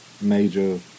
major